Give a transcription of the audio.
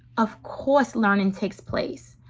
of course learning takes place.